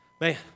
Man